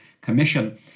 commission